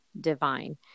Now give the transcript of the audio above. divine